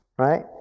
right